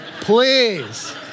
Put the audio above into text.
Please